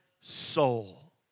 soul